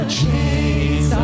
chains